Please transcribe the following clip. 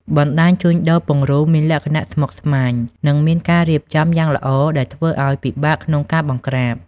បណ្ដាញជួញដូរពង្រូលមានលក្ខណៈស្មុគស្មាញ និងមានការរៀបចំយ៉ាងល្អ ដែលធ្វើឱ្យពិបាកក្នុងការបង្ក្រាប។